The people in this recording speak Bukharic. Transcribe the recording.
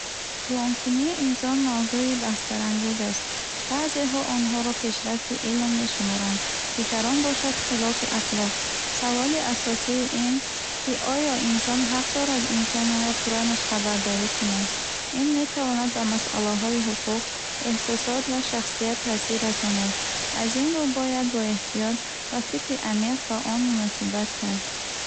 Клонкунии инсон мавзӯи баҳсбарангез аст. Баъзеҳо онҳоро пешрафти илм мешуморанд, дигарон бошанд хилофи ахлоқ. Саволи асосии ин, ки оё инсон ҳақ дорад инсонеро пурра нусхабардорӣ кунад? Ин метавонад ба масъалаҳои ҳуқуқ, эҳсосот ва шахсият таъсир расонад. Аз ин рӯ, бояд бо эҳтиёт ва фикри амиқ ба он муносибат кард.